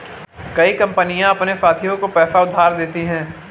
कई कंपनियां अपने साथियों को पैसा उधार देती हैं